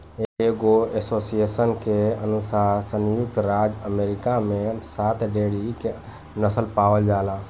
एगो एसोसिएशन के अनुसार संयुक्त राज्य अमेरिका में सात डेयरी के नस्ल पावल जाला